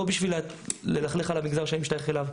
לא בשביל ללכלך על המגזר שאני משתייך אליו.